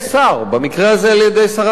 במקרה הזה על-ידי שרת התרבות,